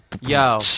Yo